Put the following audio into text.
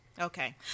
Okay